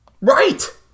Right